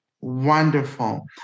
Wonderful